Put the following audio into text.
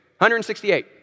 168